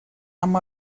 amb